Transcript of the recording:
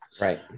Right